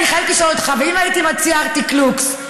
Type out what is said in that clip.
אני חייבת לשאול אותך: ואם הייתי מציעה ארטיק "לוקס",